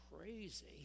crazy